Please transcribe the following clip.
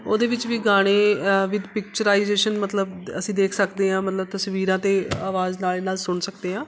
ਉਹਦੇ ਵਿੱਚ ਵੀ ਗਾਣੇ ਵਿੱਦ ਪਿਕਚਰਾਈਜੇਸ਼ਨ ਮਤਲਬ ਅਸੀਂ ਦੇਖ ਸਕਦੇ ਹਾਂ ਮਤਲਬ ਤਸਵੀਰਾਂ ਅਤੇ ਆਵਾਜ਼ ਨਾਲ ਨਾਲ ਸੁਣ ਸਕਦੇ ਹਾਂ